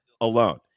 alone